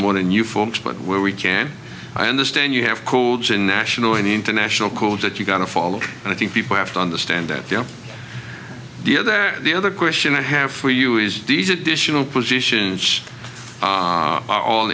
more than you folks but where we can i understand you have colds and national and international codes that you've got to follow and i think people have to understand that there the other question i have for you is these additional positions are all